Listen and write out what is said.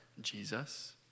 Jesus